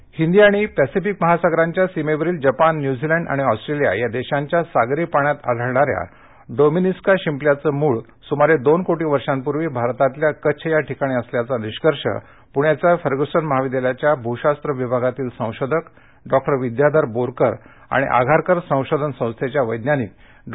शिंपले हिंदी आणि पॅसिफिक महासागराच्या सीमध्जील जपान न्यूझीलँड आणि ऑस्ट्र्लिया या दध्विच्या सागरी पाण्यात आढळणाऱ्या डोमीनिस्का शिंपल्यांचं मूळ सुमारद्विन कोशी वर्षांपूर्वीभारतातल्या कच्छ याठिकाणी असल्याचा निष्कर्ष पूण्याच्या फर्ग्यूसन महाविद्यालयाच्या भूशास्त्र विभागातील संशोधक डॉक उ विद्याधर बोरकर आणि आघारकर संशोधन संस्थाच्या वैज्ञानिक डॉ